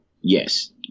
yes